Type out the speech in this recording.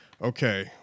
Okay